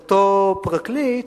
אותו פרקליט,